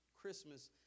Christmas